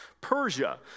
persia